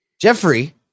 Jeffrey